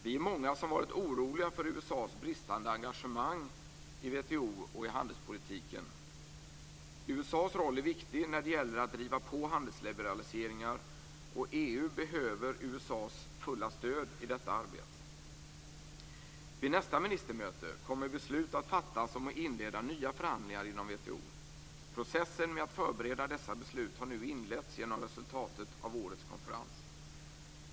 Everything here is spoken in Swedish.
Vi är många som har varit oroliga för USA:s bristande engagemang i WTO och i handelspolitiken. USA:s roll är viktig när det gäller att driva på handelsliberaliseringar, och EU behöver USA:s fulla stöd i detta arbete. Vid nästa ministermöte kommer beslut att fattas om att inleda nya förhandlingar inom WTO. Processen med att förbereda dessa beslut har nu inletts genom resultatet av årets konferens.